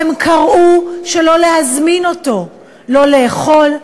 הם קראו שלא להזמין אותו לא לאכול,